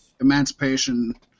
emancipation